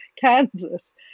Kansas